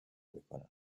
میکنن